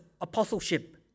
apostleship